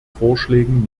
vorschlägen